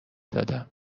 دادم